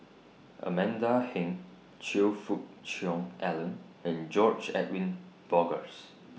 Amanda Heng Choe Fook Cheong Alan and George Edwin Bogaars